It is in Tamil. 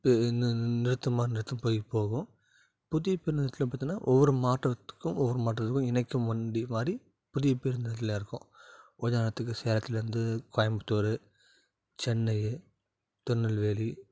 நிறுத்தமாக நிறுத்தி போய் போகும் புதிய பேருந்து நிலையத்தில் பாத்தோனா ஒவ்வொரு மாவட்டத்துக்கும் ஒவ்வொரு மாவட்டத்துக்கும் இணைக்கும் வண்டிமாதிரி புதிய பேருந்து நிலையத்தில் இருக்கும் கொஞ்ச நேரத்துக்கு சேலத்தில் இருந்து கோயம்புத்தூர் சென்னை திருநெல்வேலி